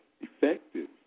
effective